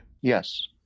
Yes